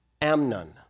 Amnon